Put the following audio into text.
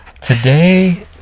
today